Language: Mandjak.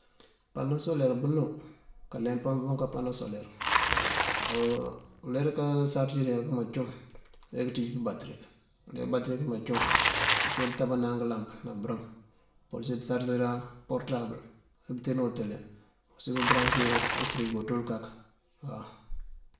Panosoler bënu ka leempa buŋ kapanosoler aho uleer wi kasarësiirwi akëmacum eekëţij pëbatëri uleer wi pëbatëri këmacum mpursir pëtabana ŋëlamp na bërëm mpursir pësarsiran portabël na pëtena utele mpursir pëbëransir ufërigo tul- kak- waaw